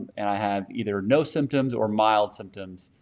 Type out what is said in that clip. and i have either no symptoms or mild symptoms,